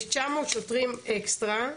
יש 900 שוטרים אקסטרה.